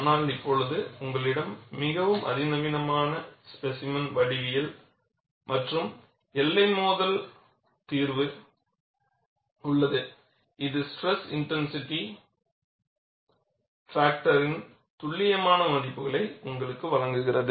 ஆனால் இப்போது உங்களிடம் மிகவும் அதிநவீன ஸ்பேசிமென் வடிவியல் மற்றும் எல்லை மோதல் தீர்வு உள்ளது இது ஸ்ட்ரெஸ்இன்டென்சிட்டி பாக்டர் துல்லியமான மதிப்புகளை உங்களுக்கு வழங்குகிறது